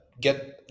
get